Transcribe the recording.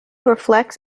reflects